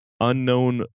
unknown